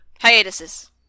Hiatuses